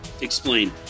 Explain